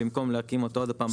במקום להקים אותו עוד פעם.